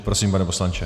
Prosím, pane poslanče.